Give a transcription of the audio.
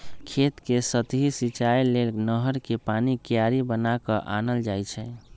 खेत कें सतहि सिचाइ लेल नहर कें पानी क्यारि बना क आनल जाइ छइ